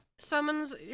summons